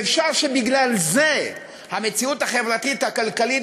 ואפשר שבגלל זה המציאות החברתית הכלכלית